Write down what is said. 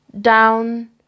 down